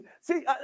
see